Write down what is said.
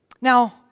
Now